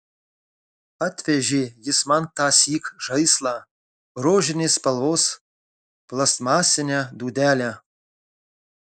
atvežė jis man tąsyk žaislą rožinės spalvos plastmasinę dūdelę